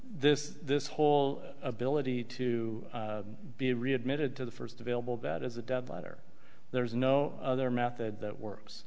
this this whole ability to be readmitted to the first available that is a dead letter there is no other method that works